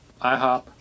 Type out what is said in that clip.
IHOP